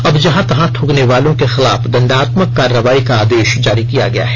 अब जहॉ तहॉ थूकने वालों के खिलाफ दण्डात्मक कार्रवाई का आदेश जारी किया गया है